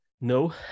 No